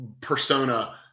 persona